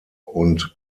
und